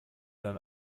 dann